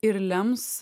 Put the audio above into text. ir lems